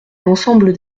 l’ensemble